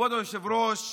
כבוד היושב-ראש,